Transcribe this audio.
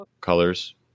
colors